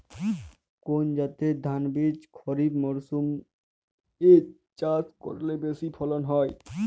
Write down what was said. কোন জাতের ধানবীজ খরিপ মরসুম এ চাষ করলে বেশি ফলন হয়?